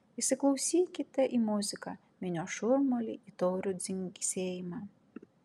įsiklausykite į muziką minios šurmulį į taurių dzingsėjimą